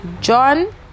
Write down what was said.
John